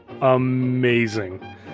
Amazing